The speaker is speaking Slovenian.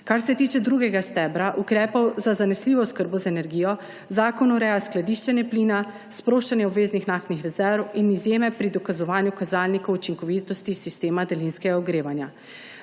Kar se tiče drugega stebra ukrepov za zanesljivo oskrbo z energijo, zakon ureja skladiščenje plina, sproščanje obveznih naftnih rezerv in izjeme pri dokazovanju kazalnikov učinkovitosti sistema daljinskega ogrevanja.